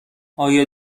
آیا